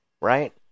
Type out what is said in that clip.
right